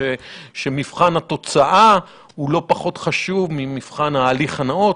שמבחן התוצאה הוא לא פחות חשוב ממבחן ההליך הנאות,